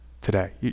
today